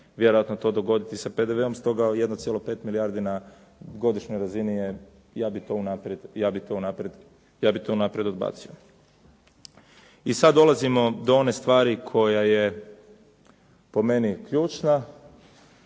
vjerojatno to dogoditi sa PDV-om, stoga 1,5 milijardi na godišnjoj razini je, ja bih to unaprijed odbacio. I sad dolazimo do one stvari koja je po meni ključna,